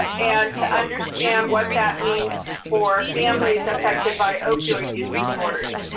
and to understand what that means for families affected by opioid use disorders.